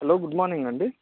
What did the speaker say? hello good morning అండి